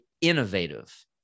innovative